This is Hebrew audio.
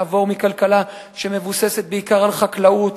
לעבור מכלכלה שמבוססת בעיקר על חקלאות